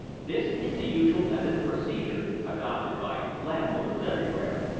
this is the usual method of procedure adopted by landlookers everywhere.